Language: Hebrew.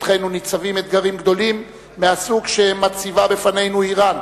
לפתחנו ניצבים אתגרים גדולים מהסוג שמציבה בפנינו אירן,